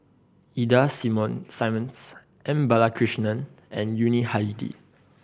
Ida Simmons M Balakrishnan and Yuni Hadi